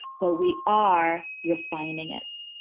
well, we are refining it.